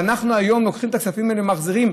ואנחנו היום לוקחים את הכספים האלה ומחזירים?